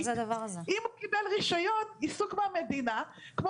אם הוא קיבל רישיון עיסוק מהמדינה כמו